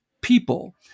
people